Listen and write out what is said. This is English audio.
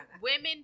Women